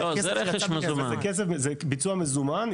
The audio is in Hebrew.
זה ביצוע מזומן,